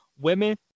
women